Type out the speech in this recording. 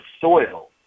soil